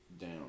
Down